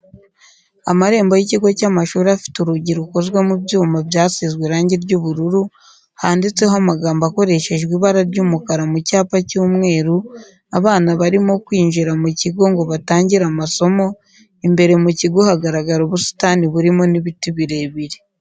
Amarembo y'ikigo cy'amashuri afite urugi rukoze mu byuma byasizwe irangi ry'ubururu, handitseho amagambo akoreshejwe ibara ry'umukara mu cyapa cy'umweru, abana barimo kwinjira mu kigo ngo batangire amasomo, imbere mu kigo hagaragara ubusitani burimo n'ibiti birebire.